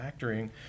factoring